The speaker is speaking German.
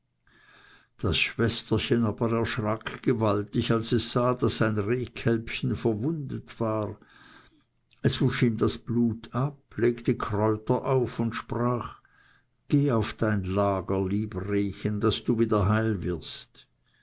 das schwesterchen aber erschrak gewaltig als es sah daß sein rehkälbchen verwundet war es wusch ihm das blut ab legte kräuter auf und sprach geh auf dein lager lieb rehchen daß du wieder heil wirst